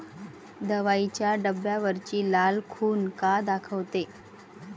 दवाईच्या डब्यावरची लाल खून का दाखवते?